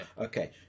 Okay